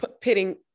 pitting